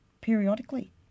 periodically